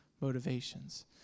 motivations